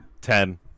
Ten